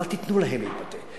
אבל תיתנו להם להתבטא.